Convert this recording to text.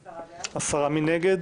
הצבעה בעד, 10 נגד,